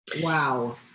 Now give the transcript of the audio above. Wow